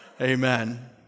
amen